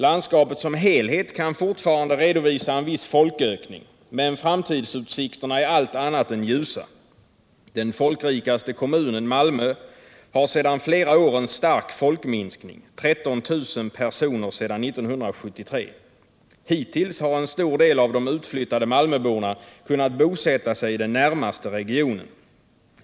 Landskapet som helhet kan fortfarande redovisa en viss folkökning. Men framtidsutsikterna är allt annat än ljusa. Den folkrikaste kommunen, Malmö, har sedan flera år en stark folkminskning, 13 000 personer sedan 1973. Hittills har en stor del av de utflyttande malmöborna kunnat bosätta sig i den närmaste regionen.